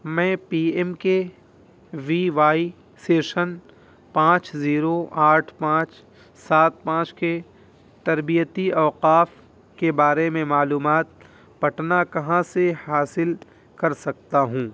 میں P M K V Y session پانچ zero آٹھ پانچ سات پانچ کے تربیتی اوقاف کے بارے میں معلومات پٹنہ کہاں سے حاصل کر سکتا ہوں